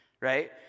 right